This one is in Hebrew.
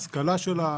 ההשכלה שלה,